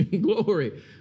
Glory